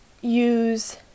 use